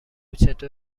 چطور